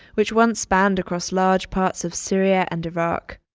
which once spanned across large parts of syria and iraq.